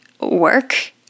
work